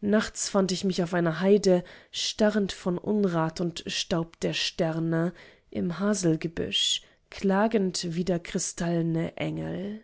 nachts fand ich mich auf einer heide starrend von unrat und staub der sterne im haselgebüsch klangen wieder kristallne engel